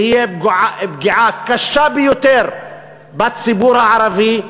תהיה פגיעה קשה ביותר בציבור הערבי,